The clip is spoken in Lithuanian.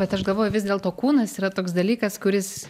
bet aš galvoju vis dėlto kūnas yra toks dalykas kuris